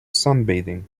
sunbathing